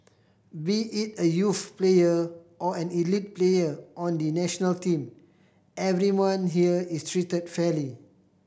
be it a youth player or an elite player on the national team everyone here is treated fairly